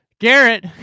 Garrett